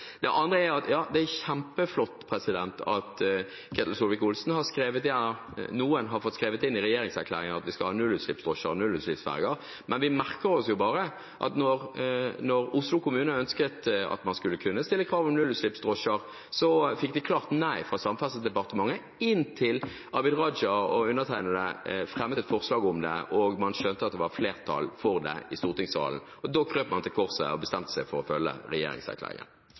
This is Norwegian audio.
Det andre er at ja, det er kjempeflott at noen har fått skrevet inn i regjeringserklæringen at vi skal ha nullutslippsdrosjer og nullutslippsferger, men vi merker oss jo bare at da Oslo kommune ønsket at man skulle kunne stille krav om nullutslippsdrosjer, fikk de klart nei fra Samferdselsdepartementet – inntil Abid Raja og undertegnede fremmet et forslag om det og man skjønte at det var flertall for det i stortingssalen. Da krøp man til korset og bestemte seg for å følge regjeringserklæringen.